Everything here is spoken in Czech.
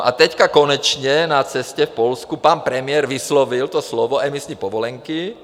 A teď konečně na cestě v Polsku pan premiér vyslovil to slovo emisní povolenky.